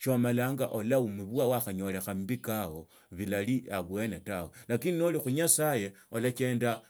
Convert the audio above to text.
shiamala khandi nyasaye narera omulango kwene okwakhe tsiriranga nende buuduma na abandu wo khuakanira abandu tofauti abandu be tsikanisa tsiosi ebukananga mlibukana lilangwangwa huduma yaani yakhuchingula emioyo chia abandu baboywa tsipicha tsiabandu tsiebukha tsimala tsititishiluha netsi nyolakho basi nimutukha musaya balala bamala barera bushuda bulahi.